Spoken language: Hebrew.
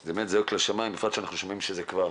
וזה באמת זועק לשמיים, בפרט שאנחנו שומעים שזה כבר